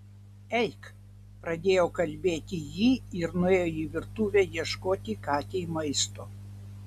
eik pradėjo kalbėti ji ir nuėjo į virtuvę ieškoti katei maisto